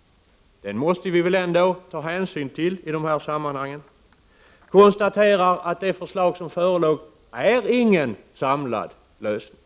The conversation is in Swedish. — vi måste väl ändå ta hänsyn till den i detta sammanhang — konstaterar att det förslag som förelåg inte är någon samlad lösning.